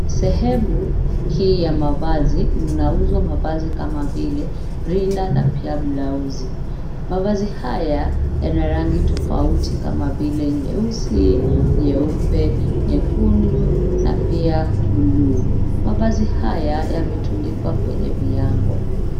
Sehemu hii ya mavazi mnauzwa mavazi kam vile linda na pia blauzi . Mvazi haya yana rangi tofauti kama vile nyeusi, nyeupe, nyekundu na pia bluu. Mavazi haya yametundikwa kwenye viango.